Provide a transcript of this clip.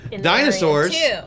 Dinosaurs